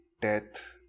death